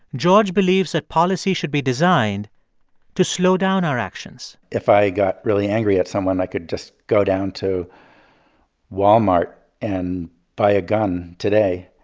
george believes that policy should be designed to slow down our actions if i got really angry at someone, i could just go down to walmart and buy a gun today.